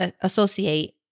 associate